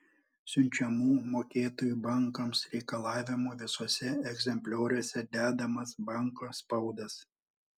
siunčiamų mokėtojų bankams reikalavimų visuose egzemplioriuose dedamas banko spaudas